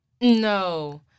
no